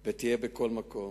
ותהיה בכל מקום.